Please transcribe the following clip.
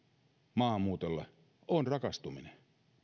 maahanmuutolle on rakastuminen